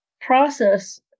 process